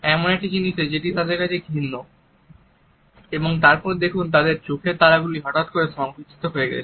এমন একটি জিনিসে যেটি তাদের কাছের ঘৃণ্য এবং তারপর দেখুন তাদের চোখের তারাগুলি হঠাৎ করে সংকুচিত হয়ে গেছে